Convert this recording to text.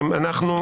תקן.